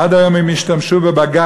עד היום הן השתמשו בבג"ץ.